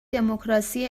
دموکراسی